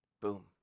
boom